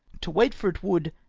to wait for it would,